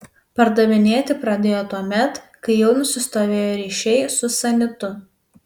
pardavinėti pradėjo tuomet kai jau nusistovėjo ryšiai su sanitu